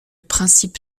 principe